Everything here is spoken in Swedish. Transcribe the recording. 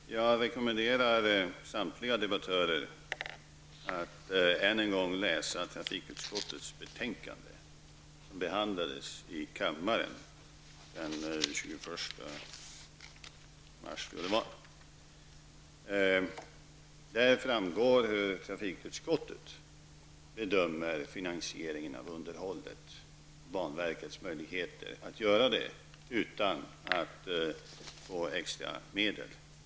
Herr talman! Jag rekommenderar samtliga debattörer att än en gång läsa trafikutskottets betänkande som behandlades i riksdagen den 21 mars. Där framgår hur trafikutskottet bedömer finansieringen av underhållet och banverkets möjligheter att göra det utan att få extra medel.